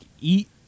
eat